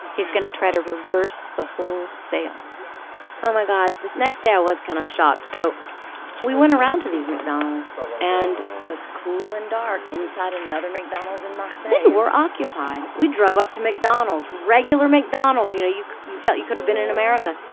he's going to try to reverse the whole sale yeah um um oh, my god. this next day, i was kind of shocked. so we went around to these mcdonald's so and it's cool and dark inside another mcdonald's in marseilles they were occupied. we drove up to mcdonald's regular mcdonald's, you know? you you felt you could have been in america.